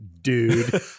dude